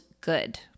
good